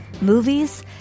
movies